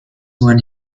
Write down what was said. when